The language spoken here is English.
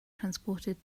transported